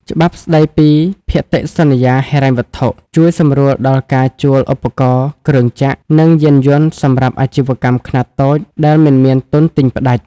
ច្បាប់ស្ដីពីភតិសន្យាហិរញ្ញវត្ថុ ជួយសម្រួលដល់ការជួលឧបករណ៍ គ្រឿងចក្រ និងយានយន្តសម្រាប់អាជីវកម្មខ្នាតតូចដែលមិនមានទុនទិញផ្ដាច់។